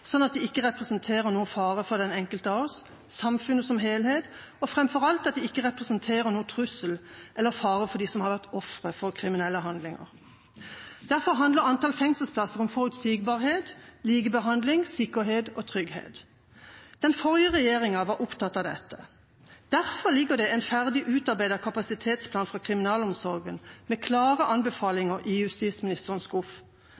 at de ikke representerer noen fare for den enkelte, samfunnet som helhet, og framfor alt at de ikke representerer noen trussel eller fare for dem som har vært ofre for kriminelle handlinger. Derfor handler antall fengselsplasser om forutsigbarhet, likebehandling, sikkerhet og trygghet. Den forrige regjeringa var opptatt av dette. Derfor ligger det en ferdig utarbeidet kapasitetsplan fra kriminalomsorgen med klare anbefalinger i justisministerens skuff.